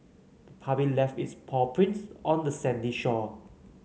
the puppy left its paw prints on the sandy shore